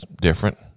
different